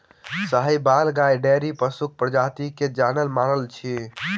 साहिबाल गाय डेयरी पशुक प्रजाति मे जानल मानल अछि